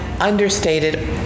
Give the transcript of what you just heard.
understated